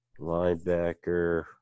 linebacker